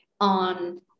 on